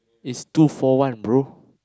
is two four for one bro